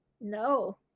No